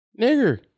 Nigger